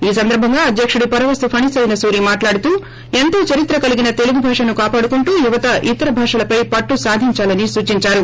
ఈ సందర్సంగా అధ్యకుడు పరవస్తు ఫణిసైన సూరి మాట్లాడుతూ ఎంతో చరిత్ర కలిగిన తెలుగుభాషను కాపాడుకుంటూ యువత ఇతర భాషలపై పట్టు సాధించాలని సూచించారు